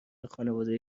خانواده